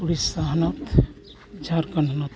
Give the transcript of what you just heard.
ᱩᱲᱤᱥᱥᱟ ᱦᱚᱱᱚᱛ ᱡᱷᱟᱲᱠᱷᱚᱸᱰ ᱦᱚᱱᱚᱛ